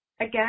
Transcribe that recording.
Again